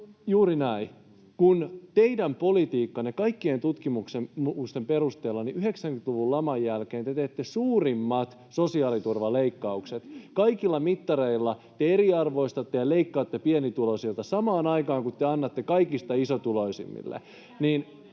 juuri näin — kun kaikkien tutkimusten perusteella te teette suurimmat sosiaaliturvaleikkaukset kaikilla mittareilla 90-luvun laman jälkeen. Te eriarvoistatte ja leikkaatte pienituloisilta samaan aikaan kun te annatte kaikista isotuloisimmille. [Pia